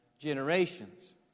Generations